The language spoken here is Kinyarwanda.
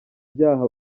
byaha